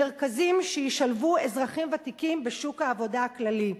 מרכזים שישלבו אזרחים ותיקים בשוק העבודה הכללי,